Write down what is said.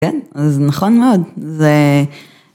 כן, אז נכון מאוד, זה...